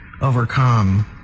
overcome